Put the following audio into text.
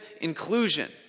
inclusion